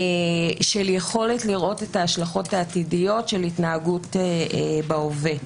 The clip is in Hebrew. של יכולת לראות את ההשלכות העתידיות של ההתנהגות בהווה.